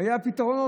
היה פתרון.